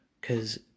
cause